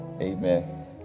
amen